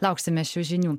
lauksime šių žinių